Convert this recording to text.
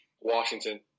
Washington